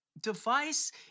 device